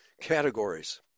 categories